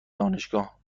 دانشگاهمی